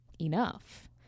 enough